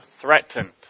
threatened